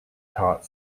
taught